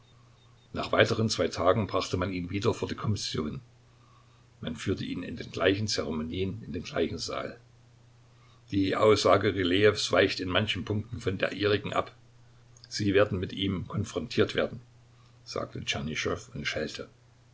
nach weiteren zwei tagen brachte man ihn wieder vor die kommission man führte ihn mit den gleichen zeremonien in den gleichen saal die aussage rylejews weicht in manchen punkten von der ihrigen ab sie werden mit ihm konfrontiert werden sagte tschernyschow und